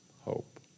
hope